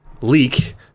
leak